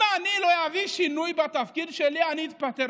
אם אני לא אביא שינוי בתפקיד שלי, אני אתפטר.